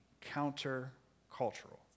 counter-cultural